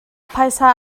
phaisa